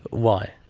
why?